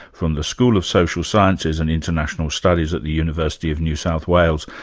from the school of social sciences and international studies at the university of new south wales.